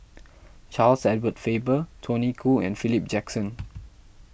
Charles Edward Faber Tony Khoo and Philip Jackson